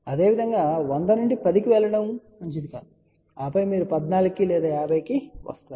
అదేవిధంగా 100 నుండి 10 కి వెళ్లడం మంచిది కాదు ఆపై మీరు 14 కి లేదా 50 కి వస్తారు